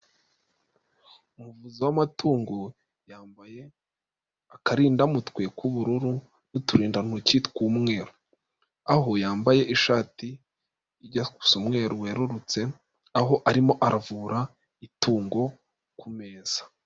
Umuvuzi w'amatungo yambaye akarindamutwe k'ubururu n'uturindantoki tw'umweru. Aho yambaye ishati ijya gusa umweru werurutse, aho arimo aravura itungo ku meza.